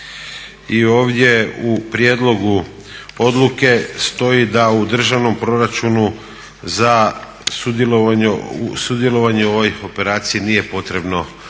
ovdje u prijedlogu odluke stoji da u državnom proračunu za sudjelovanje u ovoj operaciji nije potrebno